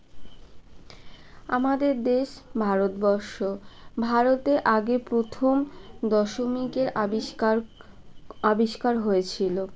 আমাদের দেশ ভারতবর্ষ ভারতে আগে প্রথম দশমিকের আবিষ্কার আবিষ্কার হয়েছিলো